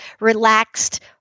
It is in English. relaxed